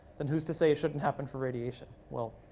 then who's to say it shouldn't happen for radiation? well,